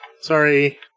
Sorry